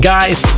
Guys